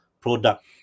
product